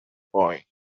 boy